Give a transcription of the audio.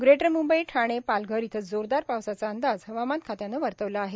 greater Mumbai Thane Palghar इथं जोरदार पावसाचा अंदाज हवामान खात्यानं वर्तवला आहे